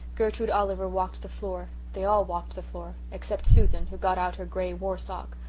gertrude oliver walked the floor they all walked the floor except susan, who got out her grey war sock.